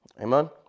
Amen